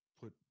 put